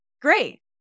great